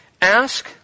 Ask